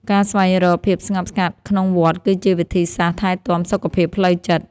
ការស្វែងរកភាពស្ងប់ស្ងាត់ក្នុងវត្ត គឺជាវិធីសាស្ត្រថែទាំសុខភាពផ្លូវចិត្ត។